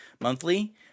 monthly